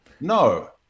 No